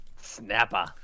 Snapper